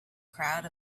crowd